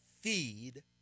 feed